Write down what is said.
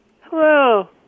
Hello